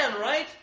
right